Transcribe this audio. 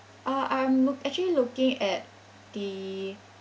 uh I'm l~ actually looking at the